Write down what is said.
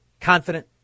confident